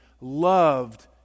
loved